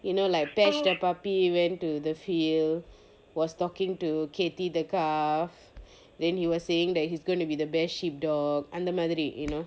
you know like bash the puppy went to the field was talking to katty the calf then you were saying that he's gonna be the best sheep dog அந்த மாதிரி:antha maadiri you know